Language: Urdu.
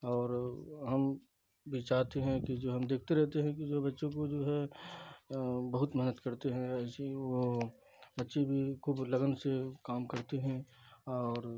اور ہم بھی چاہتے ہیں کہ جو ہم دیکھتے رہتے ہیں کہ جو بچوں کو جو ہے بہت محنت کرتے ہیں ایسی ہی وہ بچے بھی خوب لگن سے کام کرتے ہیں اور